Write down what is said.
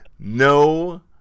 No